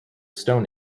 stone